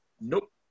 Nope